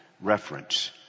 reference